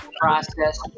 process